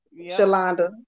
Shalanda